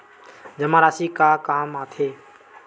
जमा राशि का काम आथे?